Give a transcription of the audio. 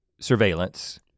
surveillance